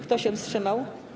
Kto się wstrzymał?